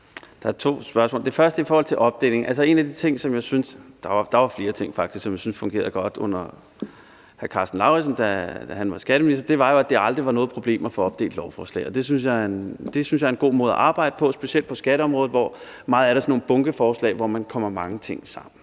af forslaget. Altså, en af de ting – der var faktisk flere ting – som jeg synes fungerede godt under hr. Karsten Lauritzen, da han var skatteminister, var jo, at det aldrig var noget problem at få opdelt lovforslag. Det synes jeg er en god måde at arbejde på, specielt på skatteområdet, hvor meget af det er sådan nogle bunkeforslag, hvor man kommer mange ting sammen.